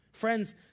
Friends